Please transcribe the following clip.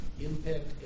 impact